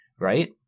right